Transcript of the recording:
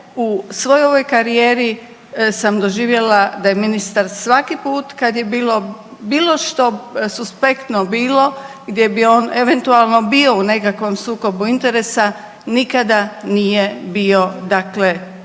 u svoj ovoj karijeri sam doživjela da je ministar svaki put kad je bilo što suspektno bilo gdje bi on eventualno bio u nekakvom sukobu interesa, nikada nije bio dakle